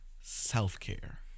self-care